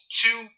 two